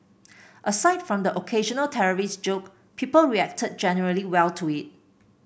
aside from the occasional terrorist joke people reacted generally well to it